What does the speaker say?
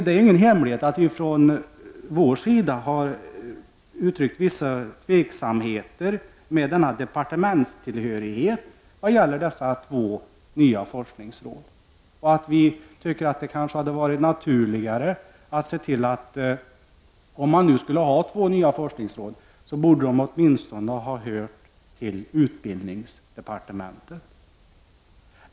Det är ingen hemlighet att vi från vår sida har uttryckt vissa tveksamheter till departementstillhörigheten vad gäller dessa två nya forskningsråd. Vi tycker att det hade varit naturligt att se till att dessa två nya forskningsråd åtminstone hade tillhört utbildningsdepartementet.